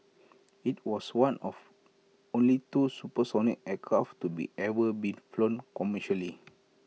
IT was one of only two supersonic aircraft to be ever be flown commercially